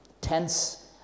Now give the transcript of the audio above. tense